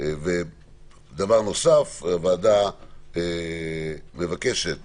דבר נוסף הוועדה מבקשת